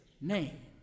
name